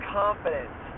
confidence